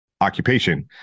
occupation